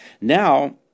Now